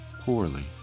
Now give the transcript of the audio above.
poorly